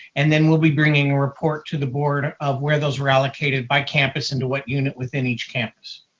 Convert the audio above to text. and then we'll be bringing a report to the board of where those were allocated by campus and to what unit within each campus.